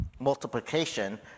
multiplication